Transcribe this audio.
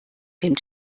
dem